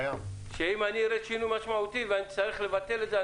שאם אראה שינוי משמעותי ואני אצטרך לבטל את זה,